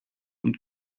und